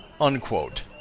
Unquote